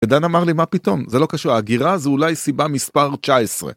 עידן אמר לי מה פתאום, זה לא קשור, הגירה זה אולי סיבה מספר 19.